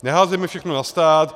Neházejme všechno na stát.